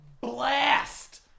blast